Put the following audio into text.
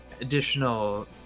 additional